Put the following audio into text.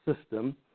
system